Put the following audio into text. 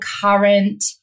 current